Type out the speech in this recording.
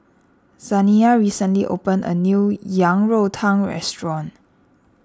Zaniyah recently opened a new Yang Rou Tang restaurant